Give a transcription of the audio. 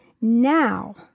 now